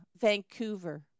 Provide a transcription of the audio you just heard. Vancouver